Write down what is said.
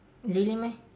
really meh